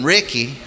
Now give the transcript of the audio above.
Ricky